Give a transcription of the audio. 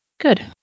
Good